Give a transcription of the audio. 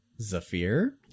Zafir